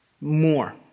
more